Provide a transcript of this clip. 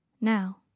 now